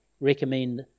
recommend